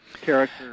character